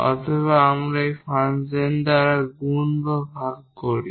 অথবা আমরা এই ফাংশন দ্বারা গুণ বা ভাগ করি